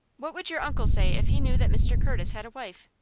what would your uncle say if he knew that mr. curtis had a wife?